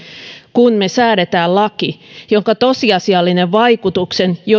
kun me säädämme lain jonka tosiasiallisen vaikutuksen